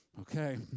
Okay